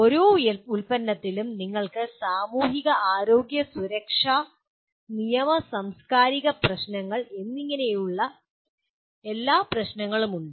ഓരോ ഉൽപ്പന്നത്തിലും നിങ്ങൾക്ക് സാമൂഹിക ആരോഗ്യം സുരക്ഷ നിയമ സാംസ്കാരിക പ്രശ്നങ്ങൾ എന്നിങ്ങനെയുള്ള എല്ലാ പ്രശ്നങ്ങളും ഉണ്ട്